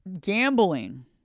gambling